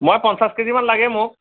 মই পঞ্চাশ কেজি মান লাগে মোক